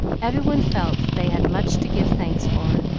every one felt that they had much to give thanks for,